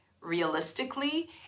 realistically